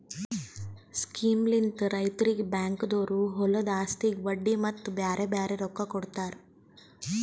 ಸ್ಕೀಮ್ಲಿಂತ್ ರೈತುರಿಗ್ ಬ್ಯಾಂಕ್ದೊರು ಹೊಲದು ಆಸ್ತಿಗ್ ಬಡ್ಡಿ ಮತ್ತ ಬ್ಯಾರೆ ಬ್ಯಾರೆ ರೊಕ್ಕಾ ಕೊಡ್ತಾರ್